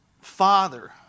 Father